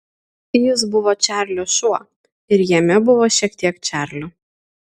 jis buvo čarlio šuo ir jame buvo šiek tiek čarlio